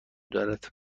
دارد